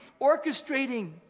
orchestrating